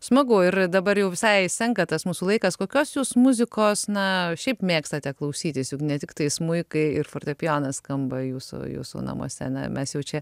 smagu ir dabar jau visai senka tas mūsų laikas kokios jūs muzikos na šiaip mėgstate klausytis juk ne tiktai smuikai ir fortepijonas skamba jūsų jūsų namuose na mes jau čia